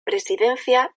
presidencia